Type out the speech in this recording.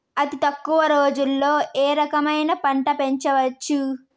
అతి తక్కువ రోజుల్లో ఏ రకమైన పంట పెంచవచ్చు?